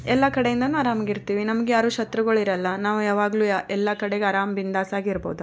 ಎಲ್ಲ ಕಡೆಯಿಂದಲೂ ಅರಾಮಾಗಿ ಇರ್ತೀವಿ ನಮ್ಗೆ ಯಾರೂ ಶತ್ರುಗಳು ಇರೋಲ್ಲ ನಾವು ಯಾವಾಗಲೂ ಎಲ್ಲ ಕಡೆಗೆ ಆರಾಮ್ ಬಿಂದಾಸಾಗಿ ಇರ್ಬೋದಪ್ಪ